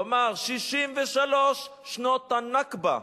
והוא אמר: 63 שנות הנכבה.